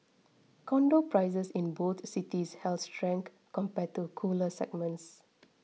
condo prices in both cities held strength compared to cooler segments